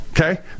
Okay